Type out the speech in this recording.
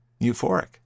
euphoric